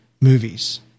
movies